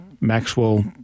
Maxwell